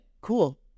cool